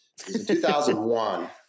2001